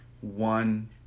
one